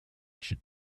should